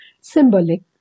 symbolic